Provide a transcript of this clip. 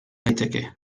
daiteke